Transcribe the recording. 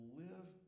live